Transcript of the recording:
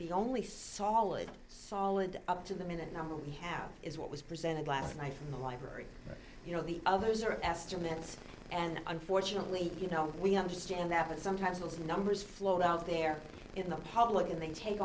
the only solid solid up to the minute number we have is what was presented last night from the library you know the others are estimates and unfortunately you know we understand that sometimes those numbers float out there in the public and they take